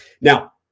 Now